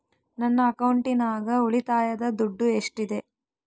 ನನ್ನ ಅಕೌಂಟಿನಾಗ ಉಳಿತಾಯದ ದುಡ್ಡು ಎಷ್ಟಿದೆ?